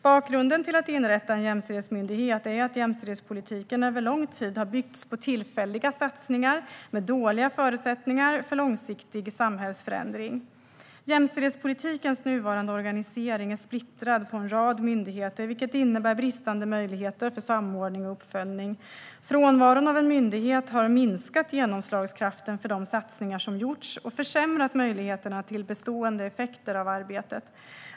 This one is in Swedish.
Bakgrunden till att inrätta en jämställdhetsmyndighet är att jämställdhetspolitiken över lång tid har byggts på tillfälliga satsningar med dåliga förutsättningar för långsiktig samhällsförändring. Jämställdhetspolitikens nuvarande organisering är splittrad över en rad myndigheter, vilket innebär bristande möjligheter till samordning och uppföljning. Frånvaron av en myndighet har minskat genomslagskraften för de satsningar som har gjorts och försämrat möjligheterna till bestående effekter av arbetet.